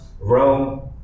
Rome